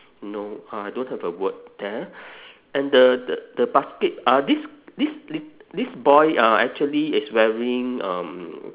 no I don't have a word there and the the the basket ah this this lit~ this boy uh actually is wearing um